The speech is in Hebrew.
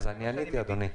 עניתי, אדוני.